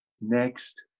Next